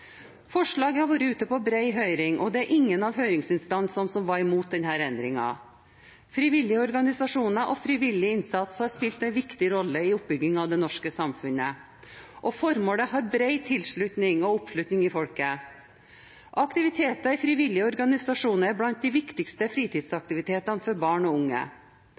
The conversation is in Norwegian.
Forslaget har vært ute på bred høring, og det var ingen av høringsinstansene som var imot denne endringen. Frivillige organisasjoner og frivillig innsats har spilt en viktig rolle i oppbyggingen av det norske samfunnet, og formålet har bred tilslutning og oppslutning i folket. Aktiviteter i frivillige organisasjoner er blant de viktigste fritidsaktivitetene for barn og unge.